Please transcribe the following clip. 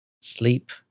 sleep